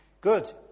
Good